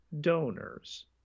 donors